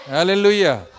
Hallelujah